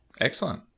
excellent